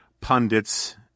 pundits